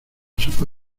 sopa